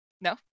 No